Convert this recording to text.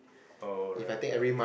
oh right right